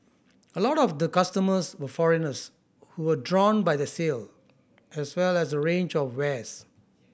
a lot of the customers were foreigners who were drawn by the sale as well as the range of wares